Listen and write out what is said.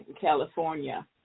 California